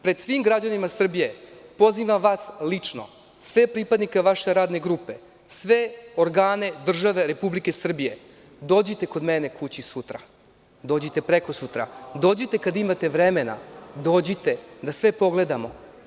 Pred svim građanima Srbije, pozivam vas lično, sve pripadnike vaše radne grupe, sve organe države Republike Srbije, dođite kod mene kući sutra, dođite prekosutra, dođite kada imate vremena, dođite da sve pogledamo.